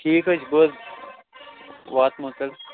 ٹھیٖک حظ چھِ بہٕ حظ واتہٕ مَو تیلہِ